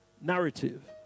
narrative